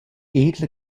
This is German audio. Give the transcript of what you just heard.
edle